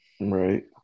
right